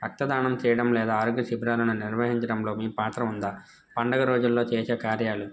రక్తదానం చేయడం లేదా ఆరోగ్య శిబిరాలను నిర్వహించడంలో మీ పాత్ర ఉందా పండగ రోజుల్లో చేసే కార్యాలు